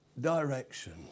direction